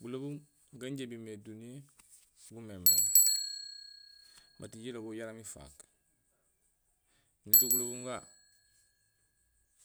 Gulobuum gan injé imimé duniye gumeenmééŋ maat iju iloob go jaraam iifaak. Ñé do gulobuum ga